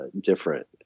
different